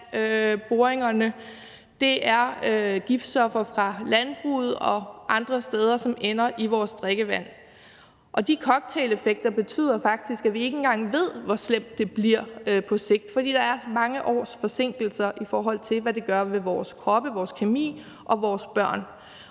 det er giftstoffer fra landbruget og andre steder, som ender i vores drikkevand. De cocktaileffekter betyder faktisk, at vi ikke engang ved, hvor slemt det bliver på sigt, fordi der er så mange års forsinkelser, i forhold til hvad det gør ved vores kroppe, vores kemi og vores børn,